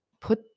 put